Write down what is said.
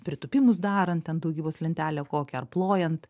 pritūpimus darant ten daugybos lentelę kokią ar plojant